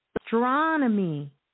astronomy